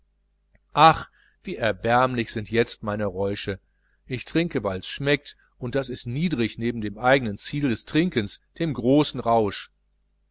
ach wie erbärmlich sind jetzt meine räusche ich trinke weils schmeckt und das ist niedrig neben dem eigentlichen ziel des trinkens dem großen rausch